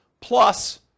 plus